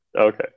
Okay